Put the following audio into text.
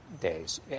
days